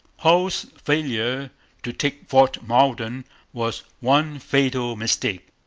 hull's failure to take fort malden was one fatal mistake.